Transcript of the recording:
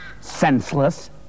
Senseless